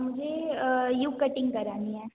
मुझे U cutting करानी है